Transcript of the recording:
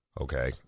Okay